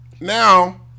Now